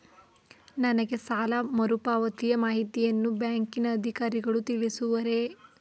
ನನಗೆ ಸಾಲ ಮರುಪಾವತಿಯ ಮಾಹಿತಿಯನ್ನು ಬ್ಯಾಂಕಿನ ಅಧಿಕಾರಿಗಳು ತಿಳಿಸುವರೇ?